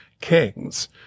kings